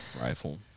rifle